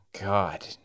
god